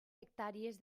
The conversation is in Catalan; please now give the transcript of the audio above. hectàrees